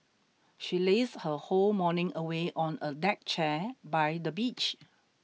she lazed her whole morning away on a deck chair by the beach